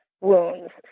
wounds